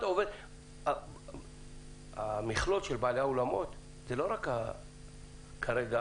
אבל המכלול של בעלי האולמות זה כרגע לא